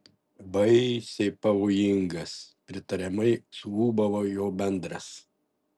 baisiai pavojingas pritariamai suūbavo jo bendras